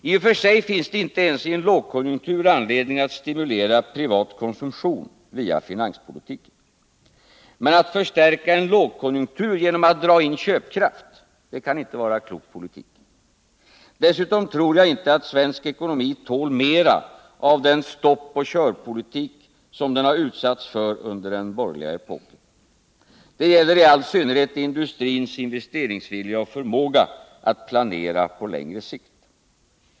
I och för sig finns det inte ens i en lågkonjunktur anledning att stimulera privat konsumtion via finanspolitiken. Men att förstärka en lågkonjunktur genom att dra in köpkraft kan inte vara klok politik. Dessutom tror jag inte att svensk ekonomi tål mera av den stopp-och-kör-politik som den utsatts för under den borgerliga epoken. Det gäller i all synnerhet industrins investeringsvilja och förmåga att planera på längre sikt.